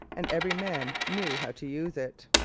and every man knew how to use it.